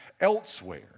elsewhere